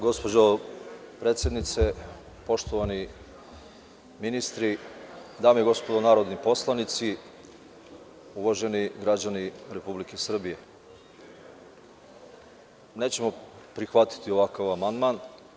Gospođo predsednice, poštovani ministri, dame i gospodo narodni poslanici, uvaženi građani RS, nećemo prihvatiti ovakav amandman.